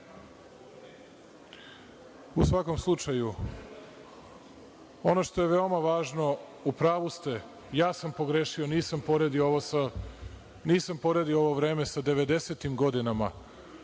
svakom slučaju, ono što je veoma važno, u pravu ste, ja sam pogrešio, nisam poredio ovo vreme sa devedesetim